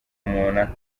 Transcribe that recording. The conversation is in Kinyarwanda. mubona